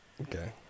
Okay